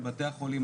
על בתי החולים,